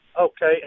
Okay